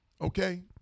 okay